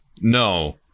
No